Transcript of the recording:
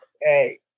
hey